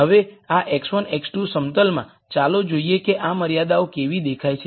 હવે આ x1 x2 સમતલમાં ચાલો જોઈએ કે આ મર્યાદાઓ કેવી દેખાય છે